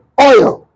oil